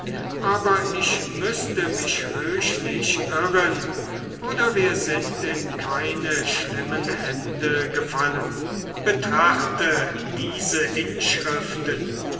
aber ich müßte mich höchlich irren oder wir sind in keine schlechten hände gefallen betrachte diese inschriften